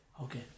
Okay